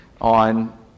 on